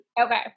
Okay